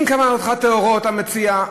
אם כוונותיך טהורות, המציע,